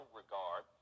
regard